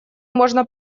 можно